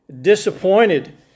disappointed